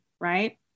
right